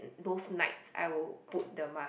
those nights I will put the mask